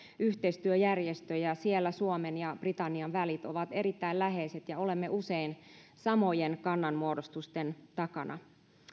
yhteistyöjärjestö siellä suomen ja britannian välit ovat erittäin läheiset ja olemme usein samojen kannanmuodostusten takana